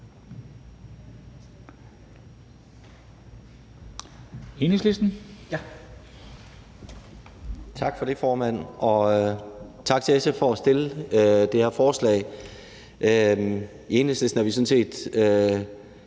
Hvelplund (EL): Tak for det, formand, og tak til SF for at fremsætte det her forslag. I Enhedslisten er vi sådan set